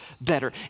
better